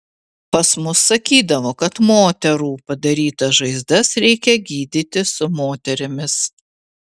pas mus sakydavo kad moterų padarytas žaizdas reikia gydyti su moterimis